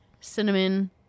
Cinnamon